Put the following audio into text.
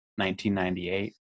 1998